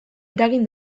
eragin